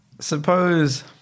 Suppose